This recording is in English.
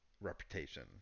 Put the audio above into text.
reputation